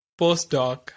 postdoc